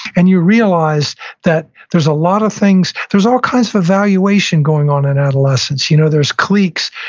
and you realize that there's a lot of things, there's all kinds of evaluation going on in adolescence. you know there's cliques,